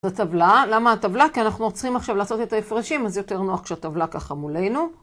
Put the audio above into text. למה הטבלה? כי אנחנו צריכים עכשיו לעשות את ההפרשים, אז זה יותר נוח כשהטבלה ככה מולנו.